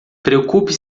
preocupe